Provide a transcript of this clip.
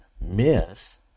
myth